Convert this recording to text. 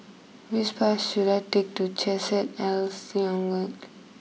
which bus should I take to Chesed El